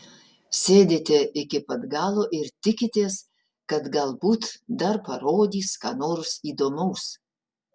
sėdite iki pat galo ir tikitės kad galbūt dar parodys ką nors įdomaus